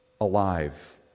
alive